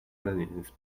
leninist